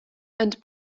and